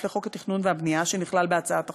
לחוק התכנון והבנייה שנכלל בהצעת החוק,